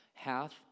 Hath